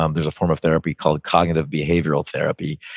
um there's a form of therapy called cognitive behavioral therapy,